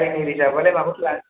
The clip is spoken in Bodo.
गारि रिजाबालाय माखौथो लानो